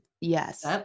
Yes